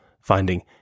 finding